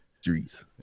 streets